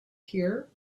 here